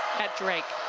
at drake.